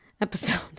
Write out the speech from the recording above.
episode